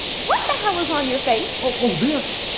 what the hell is on your face? oh, this?